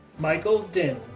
michael dinh,